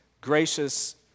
gracious